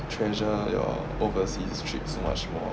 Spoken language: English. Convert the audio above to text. treasure your overseas trips much more